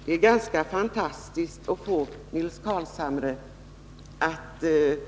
Herr talman! Det är ganska fantastiskt att Nils Carlshamre vill